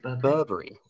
burberry